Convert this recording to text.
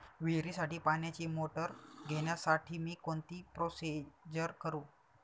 विहिरीसाठी पाण्याची मोटर घेण्यासाठी मी कोणती प्रोसिजर करु?